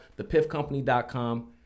thepiffcompany.com